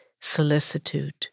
solicitude